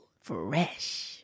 Fresh